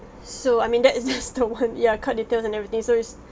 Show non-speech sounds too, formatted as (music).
so I mean that's (laughs) just the one ya card details and everything so it's